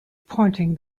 pointing